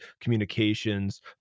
communications